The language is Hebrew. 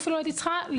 הייתי צריכה אפילו,